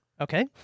Okay